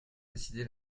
décidé